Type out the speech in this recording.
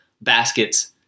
baskets